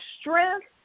strength